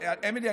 --- אמילי,